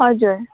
हजुर